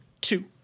two